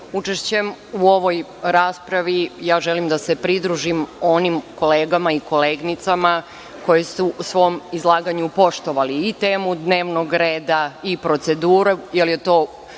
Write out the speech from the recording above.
učešćem u ovoj raspravi želim da se pridružim onim kolegama i koleginicama koji su u svom izlaganju poštovali i temu dnevnog reda i proceduru, jer je to